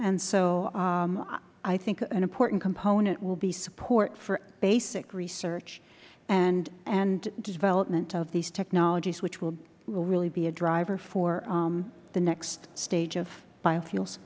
and so i think an important component will be support for basic research and development of these technologies which will really be a driver for the next stage of biofuels